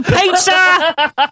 pizza